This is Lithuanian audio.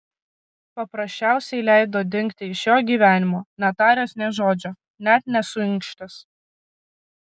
paprasčiausiai leido dingti iš jo gyvenimo netaręs nė žodžio net nesuinkštęs